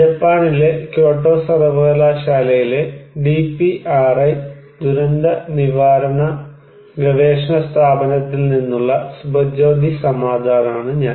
ജപ്പാനിലെ ക്യോട്ടോ സർവകലാശാലയിലെ ഡിപിആർഐ ദുരന്ത നിവാരണ ഗവേഷണ സ്ഥാപനത്തിൽ നിന്നുള്ള സുഭജ്യോതി സമദ്ദറാണ് ഞാൻ